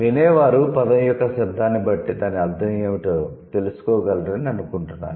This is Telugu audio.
వినేవారు పదం యొక్క శబ్దాన్ని బట్టి దాని అర్థం ఏమిటో తెలుసుకోగలరని అనుకుంటున్నారా